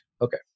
Okay